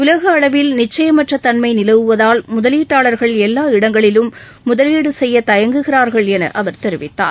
உலக அளவில் நிச்சயமற்ற தன்மை நிலவுவதால் முதலீட்டாளர்கள் எல்லா இடங்களிலும் முதலீடு செய்ய தயங்குகிறார்கள் என அவர் தெரிவித்தார்